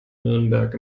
nürnberg